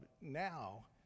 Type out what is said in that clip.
now